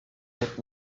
had